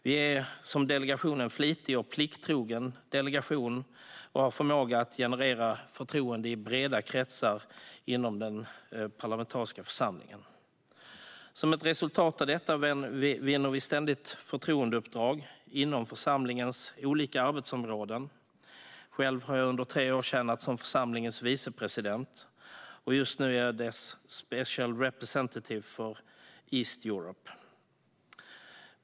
Vi är en flitig och plikttrogen delegation och har förmåga att generera förtroende i breda kretsar inom den parlamentariska församlingen. Som ett resultat av detta vinner vi ständigt förtroendeuppdrag inom församlingens olika arbetsområden. Själv har jag under tre år tjänat som församlingens vice president, och just nu är jag dess Special Representative for Eastern Europe.